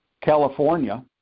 California